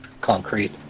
concrete